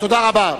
תודה רבה.